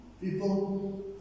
People